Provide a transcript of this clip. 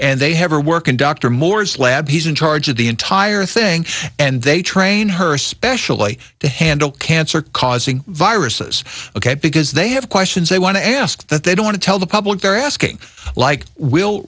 and they have her work in dr moore's lab he's in charge of the entire thing and they trained her specially to handle cancer causing viruses ok because they have questions they want to ask that they don't want to tell the public they're asking like will